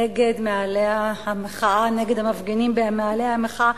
נגד מאהלי המחאה, נגד המפגינים במאהלי המחאה.